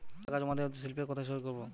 টাকা জমা দেওয়ার স্লিপে কোথায় সই করব?